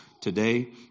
today